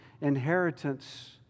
inheritance